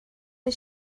mae